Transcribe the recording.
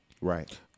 Right